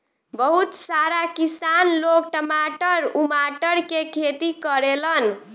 बहुत सारा किसान लोग टमाटर उमाटर के खेती करेलन